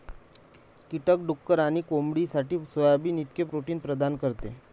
कीटक डुक्कर आणि कोंबडीसाठी सोयाबीन इतकेच प्रोटीन प्रदान करतात